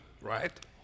right